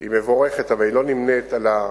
היא מבורכת, אבל היא לא נמנית עם הקבוצה.